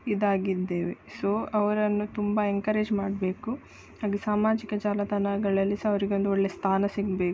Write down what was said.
ಇದಾಗಿದ್ದೇವೆ so ಅವರನ್ನು ತುಂಬ encourage ಮಾಡಬೇಕು ಹಾಗೆ ಸಾಮಾಜಿಕ ಜಾಲತಾಣಗಳಲ್ಲಿ ಸಹ ಅವರಿಗೊಂದು ಒಳ್ಳೆ ಸ್ಥಾನ ಸಿಗಬೇಕು